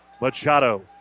Machado